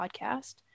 Podcast